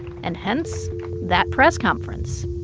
and hence that press conference